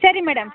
ಸರಿ ಮೇಡಮ್